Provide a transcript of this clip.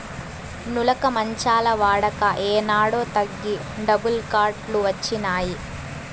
నులక మంచాల వాడక ఏనాడో తగ్గి డబుల్ కాట్ లు వచ్చినాయి